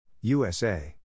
USA